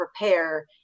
prepare